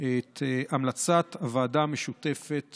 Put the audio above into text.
את המלצת הוועדה המשותפת